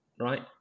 right